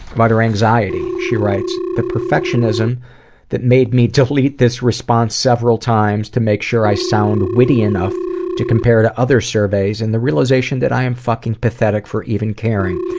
but her anxiety, she writes the perfectionism that made me delete this response several times to make sure i sound witty enough to compare to other surveys, and the realization that i'm fucking pathetic for even caring.